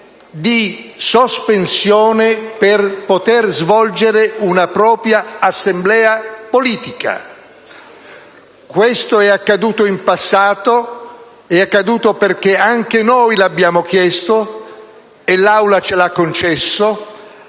di sospensione per poter svolgere una propria assemblea politica. Questo è accaduto in passato: è accaduto perché anche noi l'abbiamo chiesto e l'Aula ce l'ha concesso.